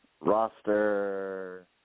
Roster